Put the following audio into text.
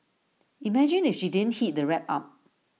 imagine if she didn't heat the wrap up